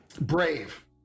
brave